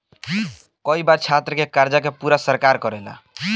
कई बार छात्र के कर्जा के पूरा सरकार करेले